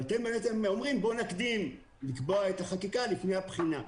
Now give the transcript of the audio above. אבל אתם בעצם אומרים: בואו נקדים לקבוע את החקיקה לפני הבחינה.